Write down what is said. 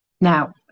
Now